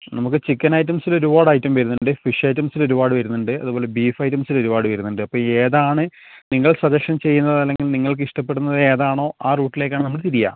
നമുക്ക് ചിക്കൻ ഐറ്റംസിൽ ഒരുപാട് ഐറ്റം വരുന്നുണ്ട് ഫിഷ് ഐറ്റംസിൽ ഒരുപാട് വരുന്നുണ്ട് അതേപോലെ ബീഫ് ഐറ്റംസിൽ ഒരുപാട് വരുന്നുണ്ട് അപ്പോൾ ഏതാണ് നിങ്ങൾ സജഷൻ ചെയ്യുന്നത് അതല്ലെങ്കിൽ നിങ്ങൾക്ക് ഇഷ്ടപ്പെടുന്നത് ഏതാണോ ആ റൂട്ടിലേക്കാണ് നമ്മൾ തിരിയുക